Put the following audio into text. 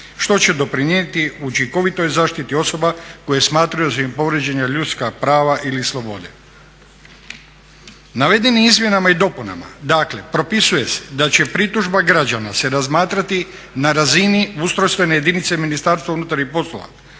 što će doprinijeti učinkovitoj zaštiti osoba koje smatraju da su im povrijeđena ljudska prava ili slobode. Navedenim izmjenama i dopunama dakle propisuje se da će pritužba građana se razmatrati na razini ustrojstvene jedinice Ministarstva unutarnjih poslova